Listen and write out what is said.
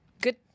good